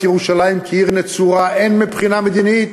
ירושלים כעיר נצורה הן מבחינה מדינית,